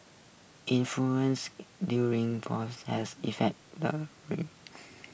influence during has affected the